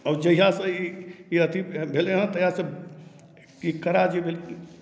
आओर जहियासँ ई अथी भेलै हँ तहियासँ ई कड़ा जे भेलै